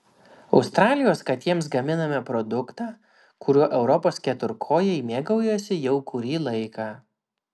australijos katėms gaminame produktą kuriuo europos keturkojai mėgaujasi jau kurį laiką